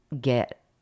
get